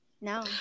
No